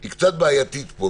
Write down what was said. היא קצת בעייתית פה,